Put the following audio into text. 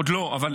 עוד לא, אבל